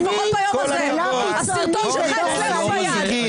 הסרטון שלך אצלנו ביד.